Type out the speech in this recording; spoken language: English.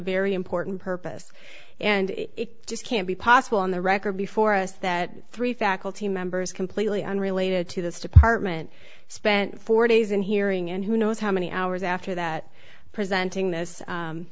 very important purpose and it just can't be possible on the record before us that three faculty members completely unrelated to this department spent four days and hearing and who knows how many hours after that presenting this